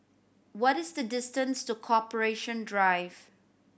what is the distance to Corporation Drive